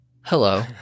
hello